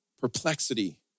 perplexity